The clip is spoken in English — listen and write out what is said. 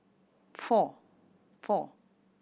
four four